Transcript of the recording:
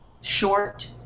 short